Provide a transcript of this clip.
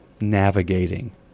navigating